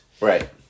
right